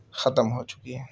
خم ہو چکی ہے